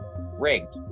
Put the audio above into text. Rigged